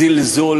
זלזול